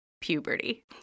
puberty